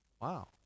wow